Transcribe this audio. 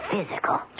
physical